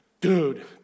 dude